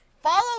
Follow